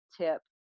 tip